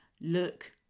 look